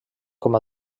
com